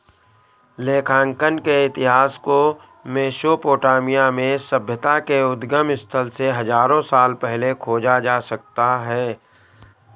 लेखांकन के इतिहास को मेसोपोटामिया में सभ्यता के उद्गम स्थल से हजारों साल पहले खोजा जा सकता हैं